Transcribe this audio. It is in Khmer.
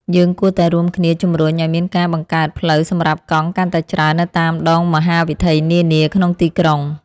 យើងគួរតែរួមគ្នាជម្រុញឱ្យមានការបង្កើតផ្លូវសម្រាប់កង់កាន់តែច្រើននៅតាមដងមហាវិថីនានាក្នុងទីក្រុង។